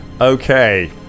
okay